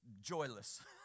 joyless